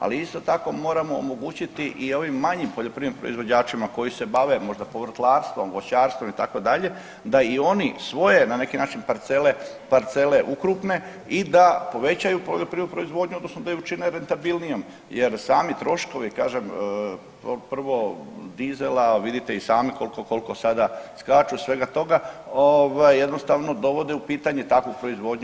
Ali isto tako moramo omogućiti i ovim manjim poljoprivrednim proizvođačima koji se bave možda povrtlarstvom, voćarstvom itd. da i oni svoje na neki način parcele, parcele ukrupne i da povećaju poljoprivrednu proizvodnju odnosno da ju učine rentabilnijom jer sami troškovi kažem prvo dizela vidite i sami kolko, kolko sada skaču i svega toga ovaj jednostavno dovode u pitanje takvu proizvodnju.